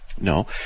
No